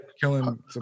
Killing